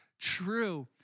true